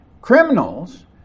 criminals